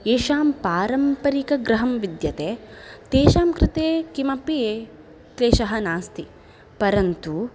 येषां पारम्परिकगृहं विद्यते तेषां कृते किमपि क्लेशः नास्ति परन्तु